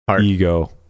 Ego